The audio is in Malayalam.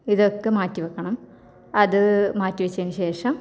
ഇതൊക്കെ മാറ്റി വെക്കണം അത് മാറ്റി വെച്ചതിന് ശേഷം